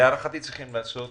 להערכתי צריך לעשות